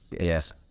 Yes